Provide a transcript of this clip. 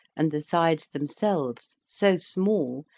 and the sides themselves so small,